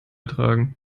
tragen